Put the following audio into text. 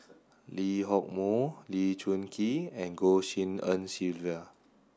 Lee Hock Moh Lee Choon Kee and Goh Tshin En Sylvia